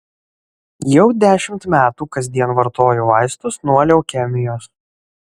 jau dešimt metų kasdien vartoju vaistus nuo leukemijos